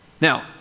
Now